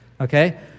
Okay